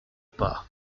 pas